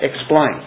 explain